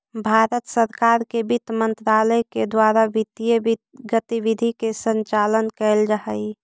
भारत सरकार के वित्त मंत्रालय के द्वारा वित्तीय गतिविधि के संचालन कैल जा हइ